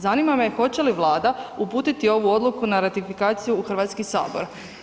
Zanima me, hoće li Vlada uputiti ovu odluku na ratifikaciju u Hrvatski sabor.